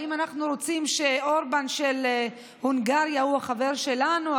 האם אנחנו רוצים שאורבן של הונגריה יהיה חבר שלנו?